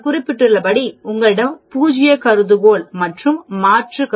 நான் குறிப்பிட்டுள்ளபடி உங்களிடம் பூஜ்ய கருதுகோள் மற்றும் மாற்று உள்ளது